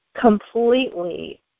completely